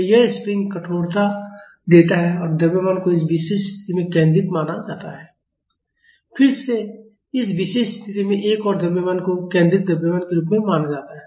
तो यह स्प्रिंग कठोरता देता है और द्रव्यमान को इस विशेष स्थिति में केंद्रित माना जाता है और फिर से इस विशेष स्थिति में एक और द्रव्यमान को केंद्रित द्रव्यमान के रूप में माना जाता है